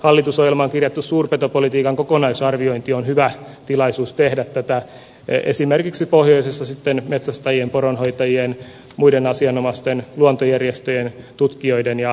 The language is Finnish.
hallitusohjelmaan kirjattu suurpetopolitiikan kokonaisarviointi on hyvä tilaisuus tehdä tätä esimerkiksi pohjoisessa metsästäjien poronhoitajien muiden asianomaisten luontojärjestöjen tutkijoiden ja viranomaisten kesken